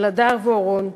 של הדר ואורון,